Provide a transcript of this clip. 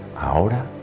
ahora